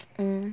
mm